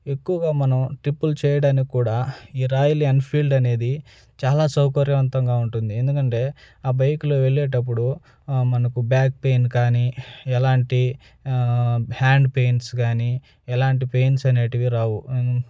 ఎక్కువగా మనం ట్రిప్పులు చెయ్యడానికి కూడా ఈ రాయల్ ఎన్ఫీల్డ్ అనేది చాలా సౌకర్యవంతంగా ఉంటుంది ఎందుకంటే ఆ బైక్లో వెళ్ళేటప్పుడు మనకు బ్యాక్ పెయిన్ కానీ ఎలాంటి హ్యాండ్ పెయిన్స్ కానీ ఎలాంటి పెయిన్స్ అనేటివి రావు